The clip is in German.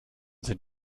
sind